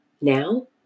Now